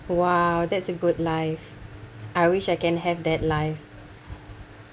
!wow! that's a good life I wish I can have that life